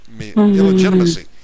illegitimacy